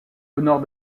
nord